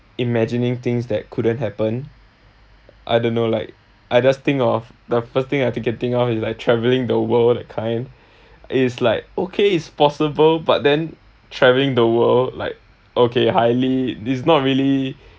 imagining things that couldn't happen I don't know like I just think of the first thing I can think of like traveling the world that kind is like okay it's possible but then traveling the world like okay highly it's not really